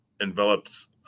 envelops